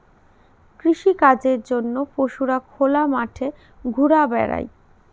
কৃষিকাজের জন্য পশুরা খোলা মাঠে ঘুরা বেড়ায়